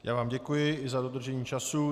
Já vám děkuji i za dodržení času.